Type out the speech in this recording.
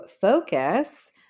focus